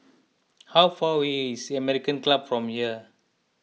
how far away is American Club from here